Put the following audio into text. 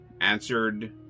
answered